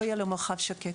לא יהיה לו מרחב שקט.